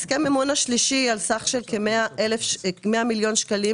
הסכם המימון השלישי על סך של כ-100 מיליון שקלים